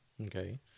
Okay